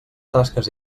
tasques